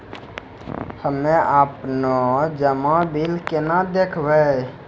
हम्मे आपनौ जमा बिल केना देखबैओ?